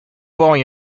boy